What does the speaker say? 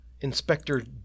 Inspector